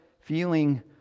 feeling